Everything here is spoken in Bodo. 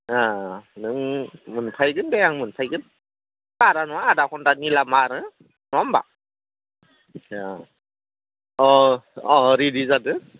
अ नों मोनफायगोन दे आं मोनफायगोन बारा नङा आधा घन्टानि लामा आरो नङा होमब्ला जायखिया अ अ रेडि जादो